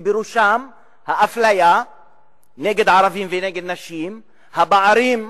שבראשם טיפול באפליה נגד ערבים ונגד נשים, בפערים,